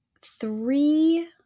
three